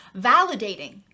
validating